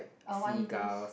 a wine list